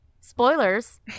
spoilers